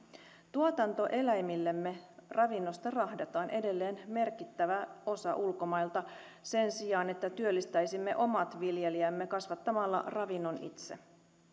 tuotantoeläimillemme ravinnosta rahdataan edelleen merkittävä osa ulkomailta sen sijaan että työllistäisimme omat viljelijämme kasvattamalla ravinnon itse